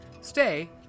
Stay